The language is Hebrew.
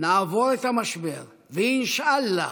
נעבור את המשבר, ואינשאללה,